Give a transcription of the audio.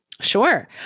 Sure